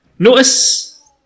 Notice